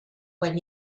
when